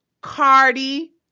Cardi